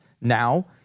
Now